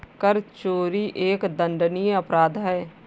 कर चोरी एक दंडनीय अपराध है